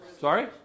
Sorry